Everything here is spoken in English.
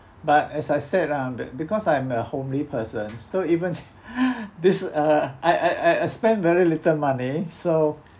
but as I said ah be~ because I'm a homely person so even this err I I I I spend very little money so